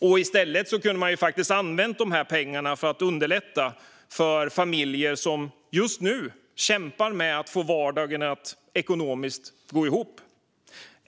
I stället kunde de pengarna ha använts för att underlätta för familjer som kämpar med att få vardagen att ekonomiskt gå ihop.